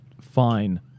fine